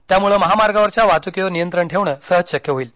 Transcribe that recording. त्यामुळे महामार्गावरच्या वाहतुकीवर नियंत्रण ठेवणं सहज शक्य होईल